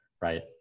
right